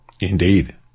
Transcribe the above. indeed